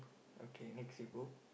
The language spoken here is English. okay next you go